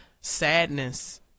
sadness